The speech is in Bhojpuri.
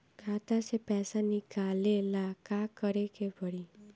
खाता से पैसा निकाले ला का करे के पड़ी?